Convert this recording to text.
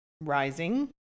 rising